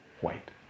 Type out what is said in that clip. white